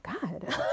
God